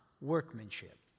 workmanship